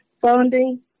funding